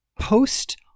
post